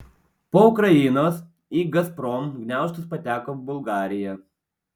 po ukrainos į gazprom gniaužtus pateko bulgarija